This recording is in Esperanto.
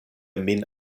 min